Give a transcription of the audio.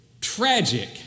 tragic